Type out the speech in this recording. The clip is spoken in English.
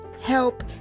help